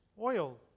oil